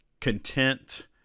content